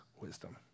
wisdom